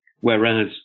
whereas